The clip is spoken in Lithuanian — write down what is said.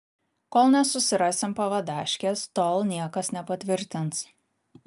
kol nesusirasim pavadaškės tol niekas nepatvirtins